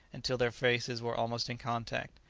until their faces were almost in contact.